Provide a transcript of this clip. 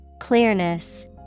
Clearness